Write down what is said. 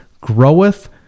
groweth